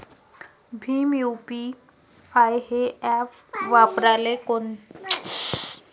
Bhim UPI हे app वापराले सोपे हाय का?